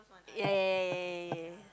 ya ya ya ya ya ya